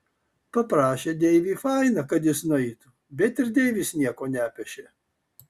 paprašė deivį fainą kad jis nueitų bet ir deivis nieko nepešė